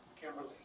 Kimberly